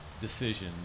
decision